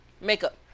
makeup